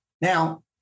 Now